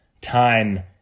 time